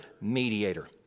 mediator